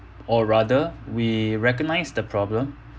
or rather we recognise the problem